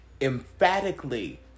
emphatically